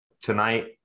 tonight